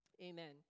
amen